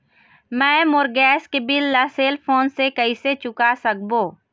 मैं मोर गैस के बिल ला सेल फोन से कइसे चुका सकबो?